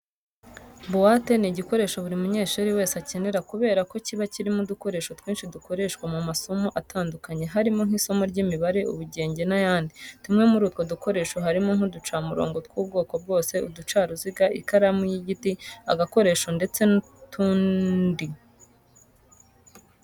Buwate ni igikoresho buri munyeshuri wese akenera kubera ko kiba kirimo udukoresho twinshi dukoreshwa mu masomo atandukanye harimo nk'isomo ry'imibare, ubugenge n'ayandi. Tumwe muri utwo dukoresho harimo nk'uducamurongo tw'ubwoko bwose, uducaruziga, ikaramu y'igiti, akacongesho ndetse n'utundi.